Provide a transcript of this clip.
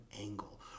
angle